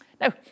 Now